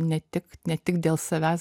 ne tik ne tik dėl savęs